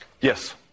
Yes